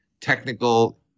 technical